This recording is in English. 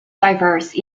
diverse